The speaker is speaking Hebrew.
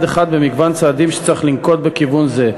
אחד ממגוון צעדים שצריך לנקוט בכיוון זה.